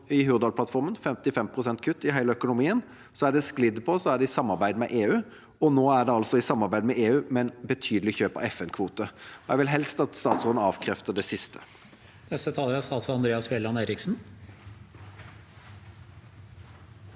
i Hurdalsplattformen om 55 pst. kutt i hele økonomien, så er det sklidd på til å være i samarbeid med EU, og nå er det altså i samarbeid med EU, men med betydelig kjøp av FN-kvoter. Jeg vil helst at statsråden avkrefter det siste. Statsråd Andreas Bjelland Eriksen